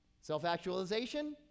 Self-actualization